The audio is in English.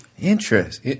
Interest